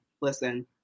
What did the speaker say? listen